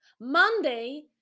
monday